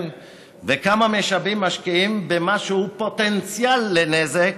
כמה משאבים משקיעים במה שהוא פוטנציאל לנזק,